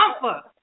Comfort